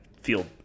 feel